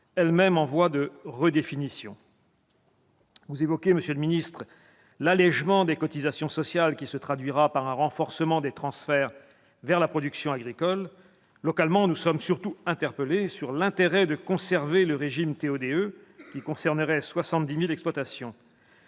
elle-même en voie de redéfinition. Vous évoquez, monsieur le ministre, l'allégement des cotisations sociales, qui se traduira par un renforcement des transferts vers la production agricole. Localement nous sommes surtout interpellés sur l'intérêt de conserver le régime TO-DE, qui concernerait 70 000 exploitations.